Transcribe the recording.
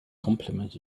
compliment